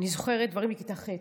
אני זוכרת דברים מכיתה ח',